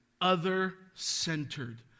other-centered